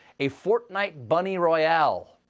a fortnite bunny royale.